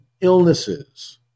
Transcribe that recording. illnesses